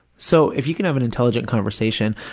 so, if you can have an intelligent conversation.